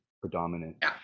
predominant